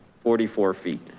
forty four feet.